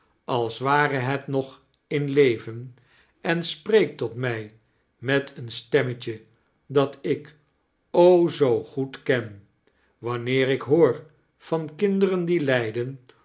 als ware het nog in leven en spreekt tot mij met een stemmetje dat ik p zoo goed kea wanneer ik hoor van kinderen die lijden